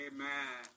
Amen